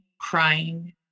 crying